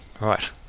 right